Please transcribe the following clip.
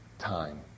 time